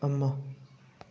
ꯑꯃ